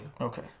Okay